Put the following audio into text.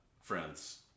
friends